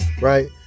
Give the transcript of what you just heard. right